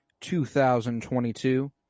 2022